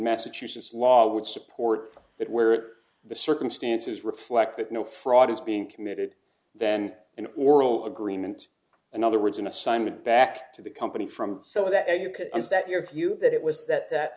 massachusetts law would support it were the circumstances reflect that no fraud is being committed then an oral agreement in other words an assignment back to the company from so that you could is that your view that it was that that